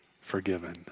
forgiven